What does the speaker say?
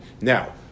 now